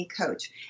coach